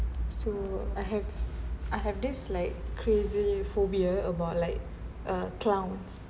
so I have I have this like crazy phobia about like a clowns